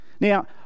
Now